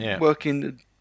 working